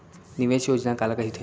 निवेश योजना काला कहिथे?